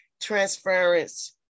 transference